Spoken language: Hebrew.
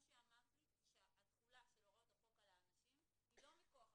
מה שאמרת לי זה שהתחולה של הוראות החוק על האנשים היא לא מכוח החוק.